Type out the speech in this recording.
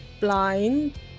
Blind